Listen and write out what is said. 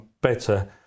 better